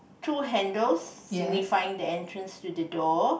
two handles signifying the entrance to the door